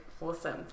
Awesome